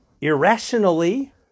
irrationally